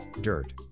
dirt